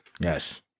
Yes